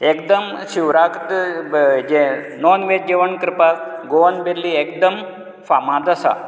एकदम शिवराक जें नाॅन वेज जेवण करपाक गोवन बेल्ली एकदम फामाद आसा